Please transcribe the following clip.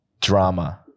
drama